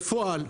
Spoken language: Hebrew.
בפועל,